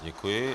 Děkuji.